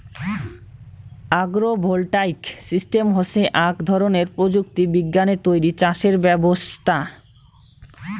agro voltaic system হসে আক ধরণের প্রযুক্তি বিজ্ঞানে তৈরী চাষের ব্যবছস্থা